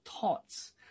thoughts